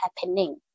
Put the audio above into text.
happening